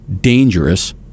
dangerous